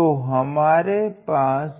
तो हमारे पास